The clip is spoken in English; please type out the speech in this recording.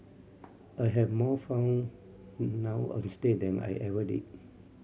I have more fun now onstage than I ever did